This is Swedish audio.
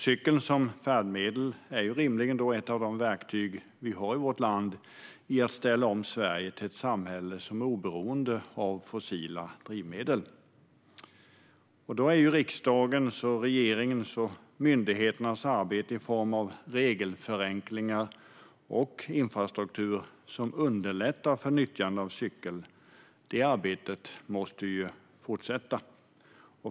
Cykeln som färdmedel är därmed rimligen ett av de verktyg vi har i vårt land för att ställa om Sverige till ett samhälle som är oberoende av fossila drivmedel. Därför måste riksdagens, regeringens och myndigheternas arbete för regelförenklingar och infrastruktur som underlättar för nyttjande av cykel fortsätta.